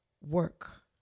work